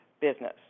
business